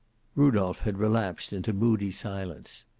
rudolph had relapsed into moody silence.